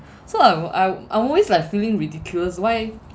so I'm I I'm always like feeling ridiculous why